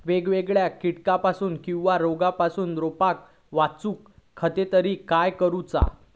वेगवेगल्या किडीपासून किवा रोगापासून रोपाक वाचउच्या खातीर काय करूचा?